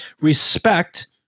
respect